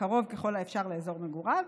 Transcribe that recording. קרוב ככל האפשר לאזור מגוריו,